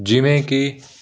ਜਿਵੇਂ ਕਿ